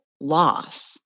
loss